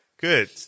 Good